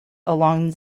along